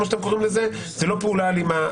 כמו שאתם קוראים לזה זו לא פעולה אלימה.